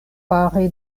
fare